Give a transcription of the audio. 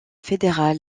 fédéral